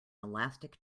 elastic